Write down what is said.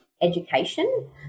education